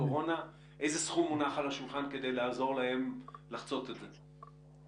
איזה סכום מונח על השולחן בכדי לעזור להם לחצות את זה?